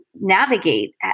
navigate